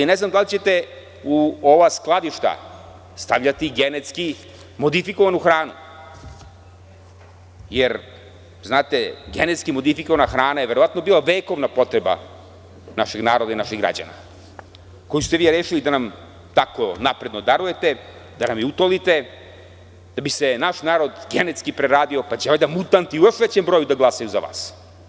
Ne znam da li ćete u ova skladišta stavljati genetski modifikovanu hranu, jer genetski modifikovana hrana je verovatno bila vekovna potreba našeg naroda i naših građana, a koji ste rešili tako napredno da darujete, da nam je utolite, da bi se naš narod genetski preradio, pa će valjda mutanti u još većem broju da glasaju za vas.